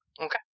Okay